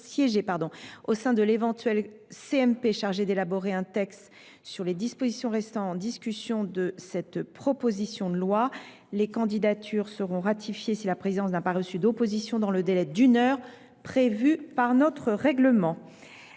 mixte paritaire chargée d’élaborer un texte sur les dispositions restant en discussion de cette proposition de loi ont été publiées. Ces candidatures seront ratifiées si la présidence n’a pas reçu d’opposition dans le délai d’une heure prévu par notre règlement.